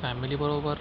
फॅमिलीबरोबर